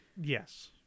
Yes